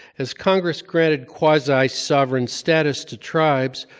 as congress granted quasi-sovereign status to tribes,